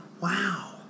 Wow